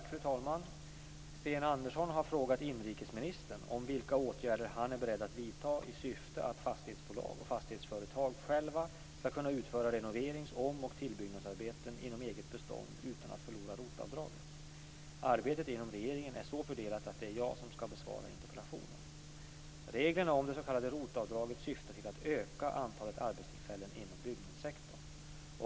Fru talman! Sten Andersson har frågat inrikesministern vilka åtgärder han är beredd att vidta i syfte att fastighetsbolag och fastighetsföretag själva skall kunna utföra renoverings-, om och tillbyggnadsarbeten inom eget bestånd utan att förlora ROT-avdraget. Arbetet inom regeringen är så fördelat att det är jag som skall besvara interpellationen. Reglerna om det s.k. ROT-avdraget syftar till att öka antalet arbetstillfällen inom byggnadssektorn.